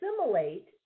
assimilate